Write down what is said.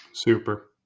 Super